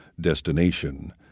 destination